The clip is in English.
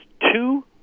two